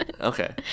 okay